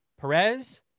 Perez